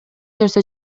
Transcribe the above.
нерсе